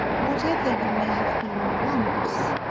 whatever you may have been once,